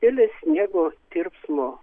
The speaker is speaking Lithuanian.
didelė sniego tirpsmo